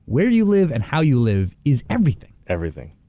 where do you live, and how you live is everything. everything.